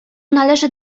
należy